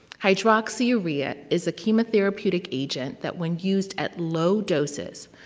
hydroxyurea is a chemotherapeutic agent, that when used at low doses,